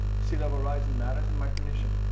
sea level rising matters in micronesia.